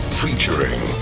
featuring